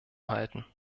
halten